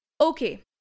Okay